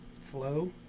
flow